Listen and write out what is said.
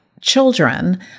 children